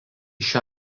šią